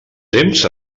temps